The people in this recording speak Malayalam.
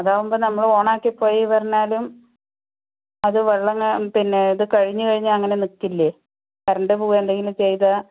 അതാകുമ്പോൾ നമ്മൾ ഓണാക്കി പോയിപറഞ്ഞാലും അത് വെള്ളം പിന്നെ ഇത് കഴിഞ്ഞുകഴിഞ്ഞാൽ അങ്ങനെ നിക്കില്ലേ കറന്റ് പോകുവോ എന്തെങ്കിലും ചെയ്താൽ